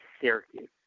Syracuse